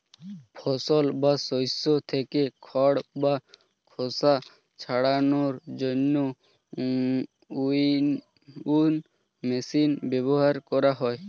ফসল বা শস্য থেকে খড় বা খোসা ছাড়ানোর জন্য উইনউইং মেশিন ব্যবহার করা হয়